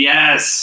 Yes